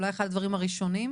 אולי אחד הדברים הראשונים,